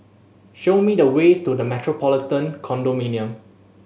show me the way to The Metropolitan Condominium